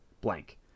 Blank